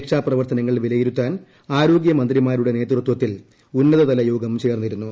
രക്ഷാപ്രവർത്തനങ്ങൾ വിലയിരുത്താൻ ആരോഗ്യ മന്ത്രിമാരുടെ നേതൃത്വത്തിൽ ഉന്നതതല യോഗം ചേർന്നിരുന്നു